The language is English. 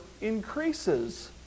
increases